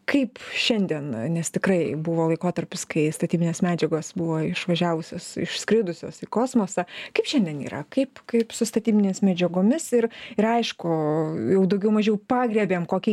kaip šiandien nes tikrai buvo laikotarpis kai statybinės medžiagos buvo išvažiavusios išskridusios į kosmosą kaip šiandien yra kaip kaip su statybinėmis medžiagomis ir ir aišku jau daugiau mažiau pagriebėm kokią